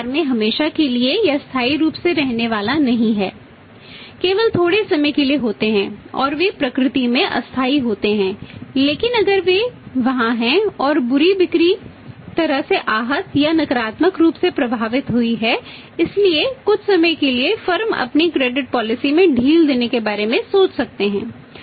यह बाजार में हमेशा के लिए या स्थायी रूप से रहने वाला नहीं है केवल थोड़े समय के लिए होते हैं और वे प्रकृति में अस्थायी होते हैं लेकिन अगर वे वहाँ हैं और बिक्री बुरी तरह से आहत या नकारात्मक रूप से प्रभावित हुई हैइसलिए कुछ समय के लिए फर्म बेचने के बारे में सोच सकते हैं